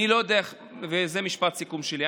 זה משפט הסיכום שלי,